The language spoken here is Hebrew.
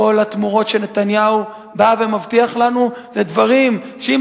כל התמורות שנתניהו בא ומבטיח לנו אלה דברים שאם